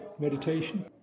meditation